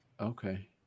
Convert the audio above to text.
Okay